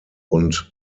und